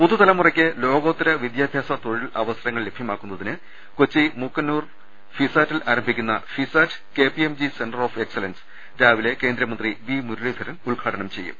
പുതുതലമുറയ്ക്ക് ലോകോത്തര വിദ്യാഭ്യാസ തൊഴിൽ അവസരങ്ങൾ ലഭ്യമാക്കുന്നതിന് കൊച്ചി മൂക്ക ന്നൂർ ഫിസാറ്റിൽ ആരംഭിക്കുന്ന FISAT K P M G centre of excellence രാവിലെ കേന്ദ്ര സഹമന്ത്രി വി മുരളീധരൻ ഉദ്ഘാടനം ചെയ്യും